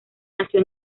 nació